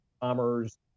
bombers